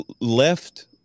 left